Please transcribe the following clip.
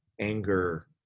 anger